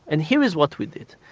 and here is what we did.